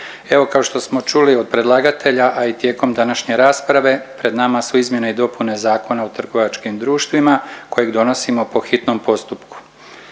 Evo kao što smo čuli od predlagatelja, a i tijekom današnje rasprave pred nama su izmjene i dopune Zakona o trgovačkim društvima kojeg donosimo po hitnom postupku.